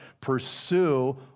pursue